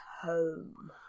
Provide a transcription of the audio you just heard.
home